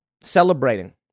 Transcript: celebrating